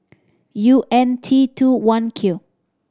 U N T two I Q